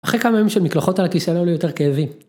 אחרי כמה ימים של מקלחות על הכיסא לא היו לי יותר כאבים.